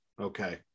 Okay